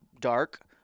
dark